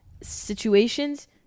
situations